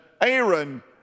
Aaron